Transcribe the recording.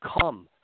come